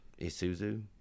Isuzu